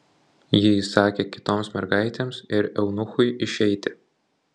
ji įsakė kitoms mergaitėms ir eunuchui išeiti